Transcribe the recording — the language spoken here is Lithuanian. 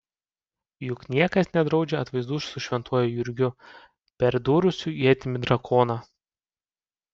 juk niekas nedraudžia atvaizdų su šventuoju jurgiu perdūrusiu ietimi drakoną